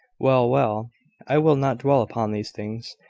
well, well i will not dwell upon these things.